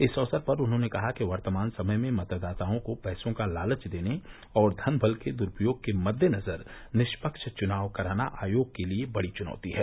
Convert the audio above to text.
इस अक्सर पर उन्होंने कहा कि वर्तमान समय में मतदाताओं को पैसों का लालच देने और धन बल के दुरूपयोग के मद्देनज़र निष्पक्ष चुनाव कराना आयोग के लिए बड़ी चुनौती है